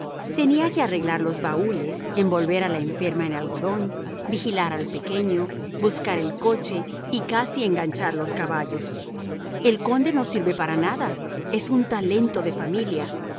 tenía que arreglar los baúles envolver a la enferma en algodón vigilar al pequeño buscar el coche y casi enganchar los caballos el conde no sirve para nada es un talento de familia